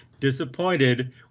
disappointed